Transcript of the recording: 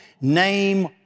name